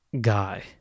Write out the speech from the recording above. guy